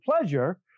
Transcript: pleasure